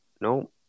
No